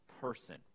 person